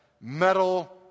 metal